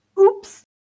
Oops